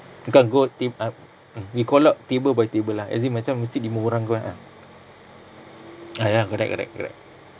got go ta~ ah mm we call out table by table ah as in macam mesti lima orang go ah a'ah ah ya correct correct correct